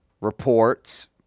reports